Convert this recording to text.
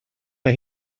mae